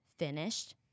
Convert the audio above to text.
Finished